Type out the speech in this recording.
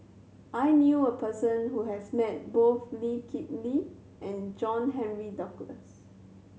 I knew a person who has met both Lee Kip Lee and John Henry Duclos